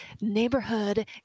neighborhood